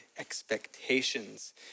expectations